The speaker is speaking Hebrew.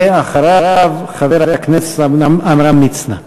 ואחריו, חבר הכנסת עמרם מצנע.